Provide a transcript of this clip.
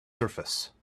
surface